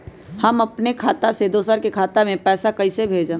हम अपने खाता से दोसर के खाता में पैसा कइसे भेजबै?